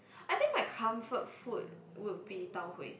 I think my comfort food would be Tau Huay